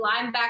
linebacker